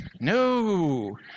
No